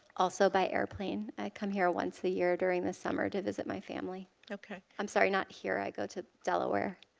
also by airplane. i come here once a year during the summer to visit my family. i'm um sorry, not here, i go to delaware.